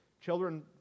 Children